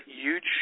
huge